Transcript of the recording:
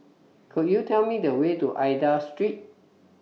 Could YOU Tell Me The Way to Aida Street